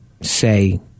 say